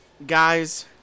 Guys